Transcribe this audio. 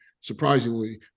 surprisingly